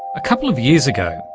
a couple of years ago,